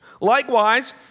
Likewise